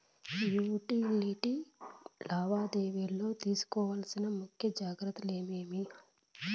Utility లావాదేవీల లో తీసుకోవాల్సిన ముఖ్య జాగ్రత్తలు ఏమేమి?